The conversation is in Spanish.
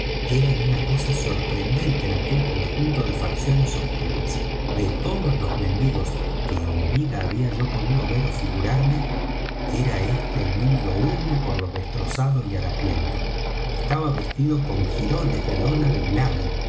eran una cosa sorprendente en aquel conjunto de facciones oscuras de todos los mendigos que en mi vida había yo podido ver ó figurarme era éste el número uno por lo destrozado y harapiento estaba vestido con girones de lona de